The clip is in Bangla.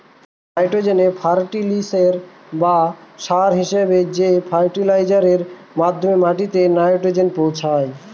নাইট্রোজেন ফার্টিলিসের বা সার হচ্ছে সে ফার্টিলাইজারের মাধ্যমে মাটিতে নাইট্রোজেন পৌঁছায়